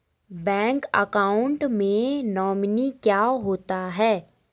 Bank account में nominee क्या होता है?